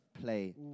play